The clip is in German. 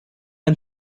ein